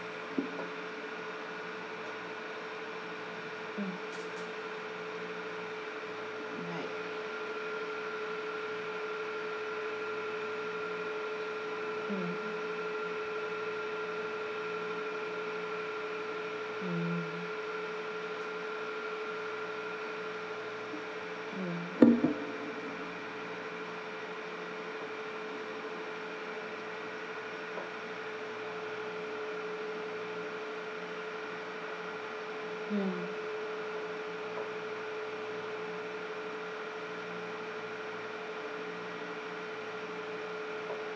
mm right mm mm mm mm